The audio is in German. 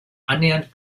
annähernd